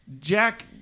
Jack